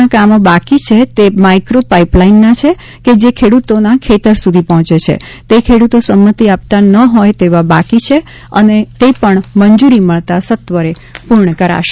ના કામો બાકી છે તે માઈક્રો પાઇપલાઇનના છે કે જે ખેડૂતોના ખેતર સુધી પહોંચે છે તે ખેડૂતો સંમતિ આપતા ન હોય તેવા બાકી છે અને તે પણ મંજૂરી મળતા સત્વરે પૂર્ણ કરાશે